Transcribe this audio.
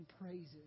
praises